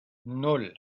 nan